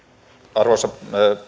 arvoisa